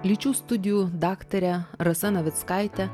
lyčių studijų daktare rasa navickaite